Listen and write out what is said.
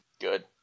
Good